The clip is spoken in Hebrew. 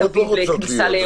הקופות לא רוצות להיות,